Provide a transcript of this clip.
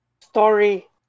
story